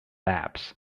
apps